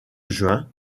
juin